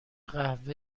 قهوه